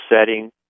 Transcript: setting